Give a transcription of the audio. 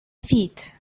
feet